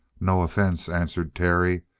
no offense, answered terry,